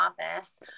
office